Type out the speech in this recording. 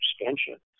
extension